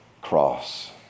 cross